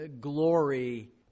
glory